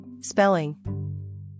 Spelling